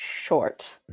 short